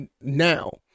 now